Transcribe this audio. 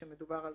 כשמדובר על